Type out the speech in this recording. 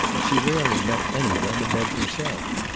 she rarely met any one above herself.